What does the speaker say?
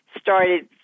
started